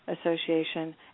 Association